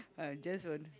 I just want